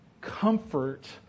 comfort